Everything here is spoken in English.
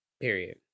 Period